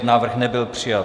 Návrh nebyl přijat.